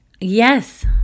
Yes